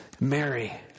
Mary